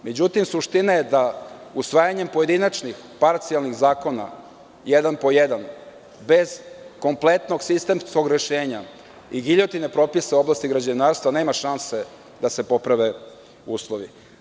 Međutim, suština je da usvajanjem pojedinačnih, parcijalnih zakona, jedan po jedan, bez kompletnog sistemskog rešenja i giljotine propisa u oblasti građevinarstva, nema šanse da se poprave uslovi.